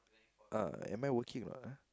uh am I working not